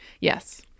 Yes